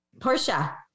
Portia